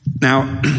Now